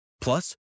Plus